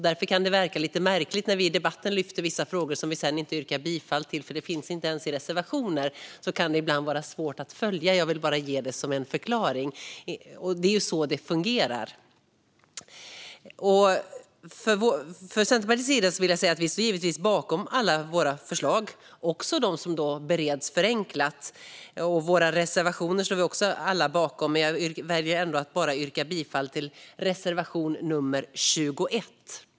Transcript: Därför kan det te sig lite märkligt när vi i debatten lyfter upp vissa frågor som vi sedan inte yrkar bifall till eftersom de inte ens finns i reservationer. Det kan därför vara svårt att följa det här. Jag ville bara lämna en förklaring till detta. Det är så här det fungerar. Vi i Centerpartiet står givetvis bakom alla våra förslag, också dem som bereds förenklat. Vi står också bakom alla våra reservationer, men jag väljer att yrka bifall endast till reservation nummer 21.